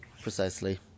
Precisely